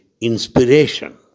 inspiration